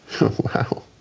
Wow